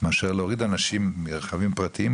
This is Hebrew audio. מאשר להוריד אנשים מרכבים פרטיים,